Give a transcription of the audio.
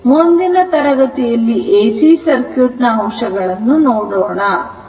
ಮುಂದಿನ ತರಗತಿಯಲ್ಲಿ AC circuit ನ ಅಂಶಗಳನ್ನು ನೋಡೋಣ